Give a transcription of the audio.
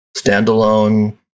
standalone